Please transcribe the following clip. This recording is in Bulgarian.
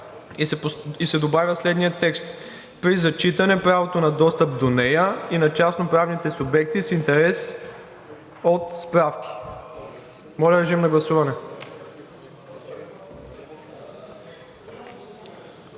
и се добавя следният текст: „При зачитане правото на достъп до нея и на частноправните субекти с интерес от справки“.“ Гласували